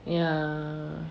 ya